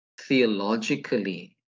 theologically